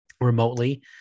remotely